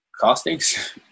castings